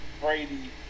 Brady